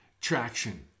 traction